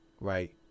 Right